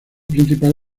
principal